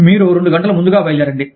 మీరు రెండు గంటలు ముందుగా బయలుదేరండి